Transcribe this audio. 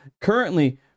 currently